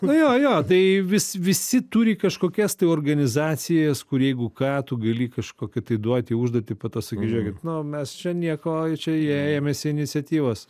nu jo jo tai vis visi turi kažkokias tai organizacijas kur jeigu ką tu gali kažkokį tai duoti užduotį po to sakai žiūrėkit nu mes čia nieko čia jie ėmėsi iniciatyvos